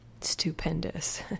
stupendous